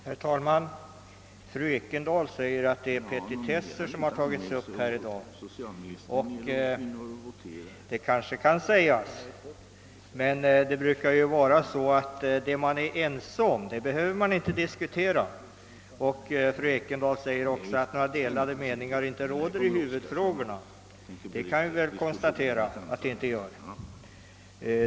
Herr talman! Fru Ekendahl menar att det är petitesser som tagits upp i dag. Det kan kanske sägas, men det man är ense om brukar man inte behöva diskutera. Fru Ekendahl påpekar också att några delade meningar inte råder i huvudfrågorna, och det kan vi ju konstatera.